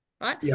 Right